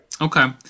Okay